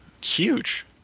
huge